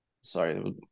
Sorry